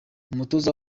umutoza